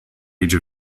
age